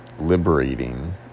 liberating